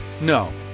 No